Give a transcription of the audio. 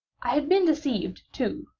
i had been deceived, too,